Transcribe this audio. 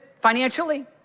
financially